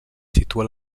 situa